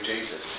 Jesus